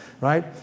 right